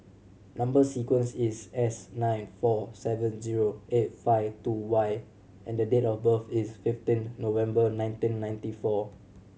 number sequence is S nine four seven zero eight five two Y and the date of birth is fifteen November nineteen ninety four